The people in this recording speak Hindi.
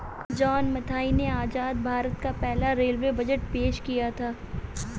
जॉन मथाई ने आजाद भारत का पहला रेलवे बजट पेश किया था